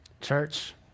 Church